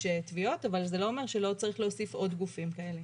תביעות אבל זה לא אומר שלא צריך להוסיף עוד גופים כאלה,